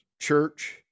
church